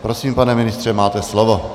Prosím, pane ministře, máte slovo.